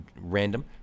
Random